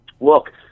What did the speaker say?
look